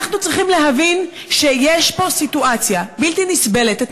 אנחנו צריכים להבין שיש פה סיטואציה בלתי נסבלת.